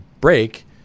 break